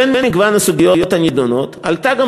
בין מגוון הסוגיות הנדונות עלתה גם